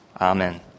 Amen